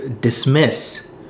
dismiss